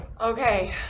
Okay